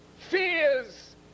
Fears